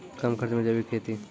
कम खर्च मे जैविक खेती?